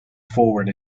forward